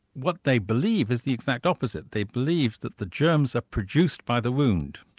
what they believe is the exact opposite. they believe that the germs are produced by the wound,